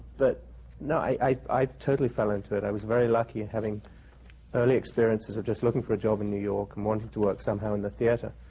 but no, i totally fell into it. i was very lucky in having early experiences of just looking for a job in new york and wanting to work somehow in the theater,